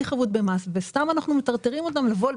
חבות במס וסתם אנחנו מטרטרים אותם לבוא.